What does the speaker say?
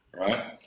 Right